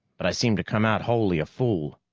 but i seem to come out wholly a fool.